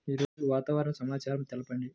ఈరోజు వాతావరణ సమాచారం తెలుపండి